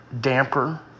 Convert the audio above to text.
damper